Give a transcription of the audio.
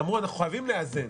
אמרו: אנחנו חייבים לאזן,